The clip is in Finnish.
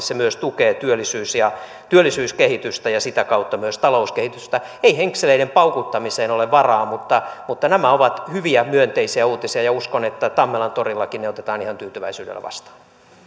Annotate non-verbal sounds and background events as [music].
[unintelligible] se myös tukee työllisyyskehitystä ja sitä kautta myös talouskehitystä ei henkseleiden paukuttamiseen ole varaa mutta mutta nämä ovat hyviä myönteisiä uutisia ja uskon että tammelantorillakin ne otetaan ihan tyytyväisyydellä vastaan